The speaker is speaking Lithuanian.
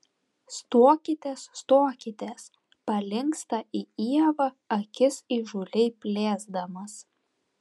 stokitės stokitės palinksta į ievą akis įžūliai plėsdamas